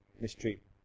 mistreatment